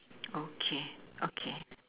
okay okay